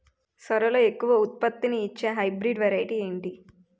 సోరలో ఎక్కువ ఉత్పత్తిని ఇచే హైబ్రిడ్ వెరైటీ ఏంటి?